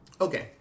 Okay